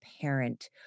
parent